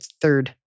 third